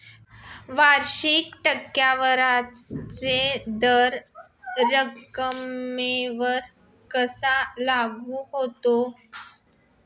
वार्षिक टक्केवारीचा दर रकमेवर कसा लागू होतो?